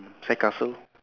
sandcastle